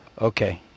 Okay